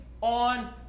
on